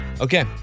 Okay